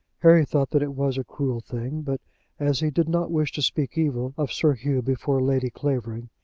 harry thought that it was a cruel thing, but as he did not wish to speak evil of sir hugh before lady clavering,